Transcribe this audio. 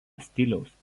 stiliaus